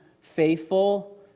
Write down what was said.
faithful